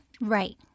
Right